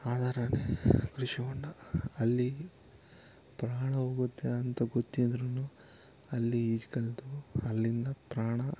ಆದಾರನೆ ಕೃಷಿ ಹೊಂಡ ಅಲ್ಲಿ ಪ್ರಾಣ ಹೋಗುತ್ತೆ ಅಂತ ಗೊತ್ತಿದ್ರೂ ಅಲ್ಲಿ ಈಜು ಕಲಿತು ಅಲ್ಲಿಂದ ಪ್ರಾಣ